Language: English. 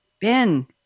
Ben